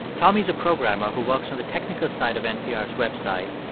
tommy's a programmer who works on the technical side of npr's website,